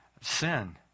Sin